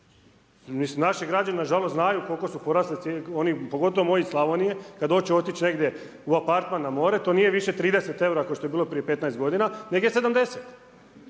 naši građani nažalost znaju koliko su porasle cijene, oni, pogotovo moji iz Slavonije kada hoće otići negdje u apartman na more. To nije više 30 eura kao što je bilo prije 15 godina nego je 70